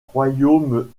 royaume